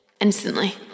instantly